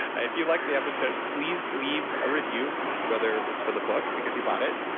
if you liked the episode, please leave a review, whether it's for the book because you bought it,